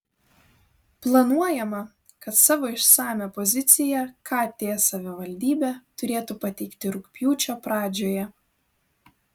planuojama kad savo išsamią poziciją kt savivaldybė turėtų pateikti rugpjūčio pradžioje